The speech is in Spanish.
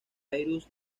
cyrus